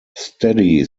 steady